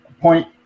point